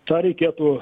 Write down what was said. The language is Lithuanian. tą reikėtų